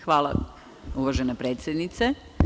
Hvala, uvažena predsednice.